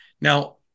Now